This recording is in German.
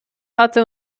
hatte